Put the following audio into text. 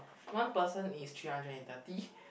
one person is three hundred and thirty